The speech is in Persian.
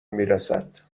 میرسد